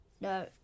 No